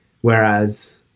Whereas